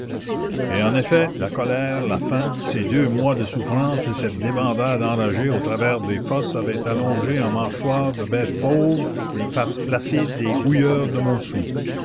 et en effet la colère la faim ces deux mois de souffrance et cette débandade enragée au travers des fosses avaient allongé en mâchoires de bêtes fauves les faces placides des houilleurs de montsou